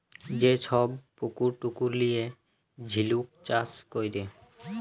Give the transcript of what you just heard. যে ছব পুকুর টুকুর লিঁয়ে ঝিলুক চাষ ক্যরে